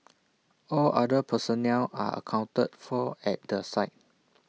all other personnel are accounted for at the site